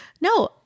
No